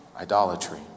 idolatry